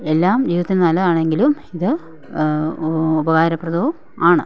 എല്ലാം ജീവിതത്തിൽ നല്ലതാണെങ്കിലും ഇത് ഉപകാരപ്രദവും ആണ്